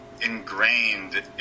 ingrained